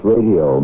Radio